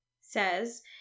says